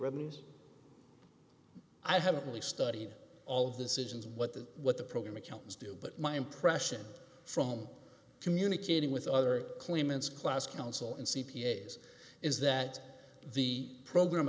revenues i haven't really studied all of the decisions what the what the program accounts do but my impression from communicating with other claimants class counsel and c p a s is that the program